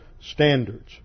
standards